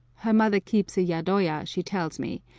her mother keeps a yadoya, she tells me,